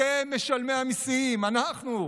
אתם, משלמי המיסים, אנחנו,